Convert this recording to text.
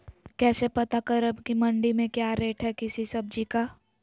कैसे पता करब की मंडी में क्या रेट है किसी सब्जी का?